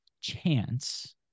chance